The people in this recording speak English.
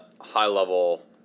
high-level